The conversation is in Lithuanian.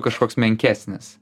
kažkoks menkesnis